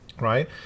right